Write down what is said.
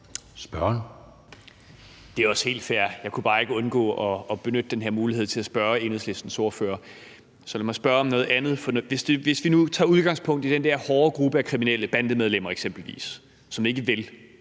(DF): Det er også helt fair. Jeg kunne bare ikke undgå at benytte den her mulighed til at spørge Enhedslistens ordfører. Så lad mig spørge om noget andet, for hvis vi nu tager udgangspunkt i de der hårde grupper af kriminelle, eksempelvis bandemedlemmer, som ikke vil,